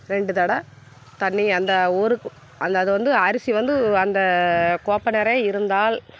ரெண்டு தடவை தண்ணியை அந்த ஊறு அந்த அது வந்து அரிசி வந்து அந்த கோப்பை நிறைய இருந்தால்